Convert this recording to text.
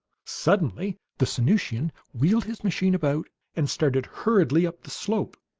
suddenly the sanusian wheeled his machine about and started hurriedly up the slope.